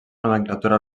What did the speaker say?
nomenclatura